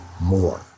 more